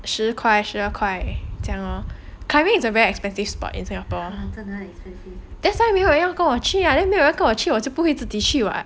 十块十二块这样 lor climbing is a very expensive sport in singapore that's why 没有人要跟我去没有人跟我去我就自己去 [what]